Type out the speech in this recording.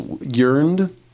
yearned